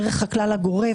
דרך הכלל הגורף,